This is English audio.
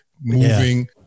moving